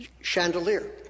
chandelier